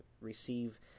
receive